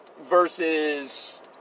versus